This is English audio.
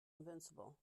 invincible